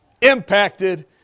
impacted